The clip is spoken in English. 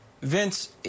Vince